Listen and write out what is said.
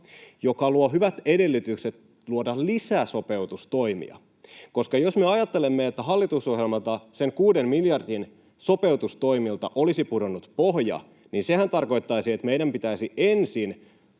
joka luo hyvät edellytykset luoda lisäsopeutustoimia. Jos me ajattelemme, että hallitusohjelmalta, sen kuuden miljardin sopeutustoimilta, olisi pudonnut pohja, sehän tarkoittaisi, että meidän pitäisi ensin